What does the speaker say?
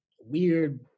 weird